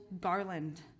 garland